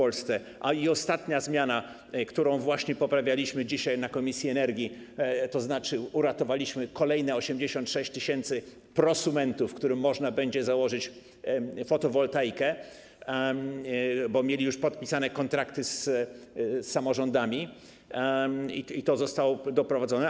Ostatnia zmiana, którą poprawialiśmy dzisiaj na posiedzeniu komisji energii, tzn. uratowaliśmy kolejne 86 tys. prosumentów, którym można będzie założyć fotowoltaikę, bo mieli już podpisane kontrakty z samorządami, i to zostało doprowadzone.